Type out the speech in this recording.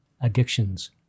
addictions